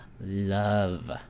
love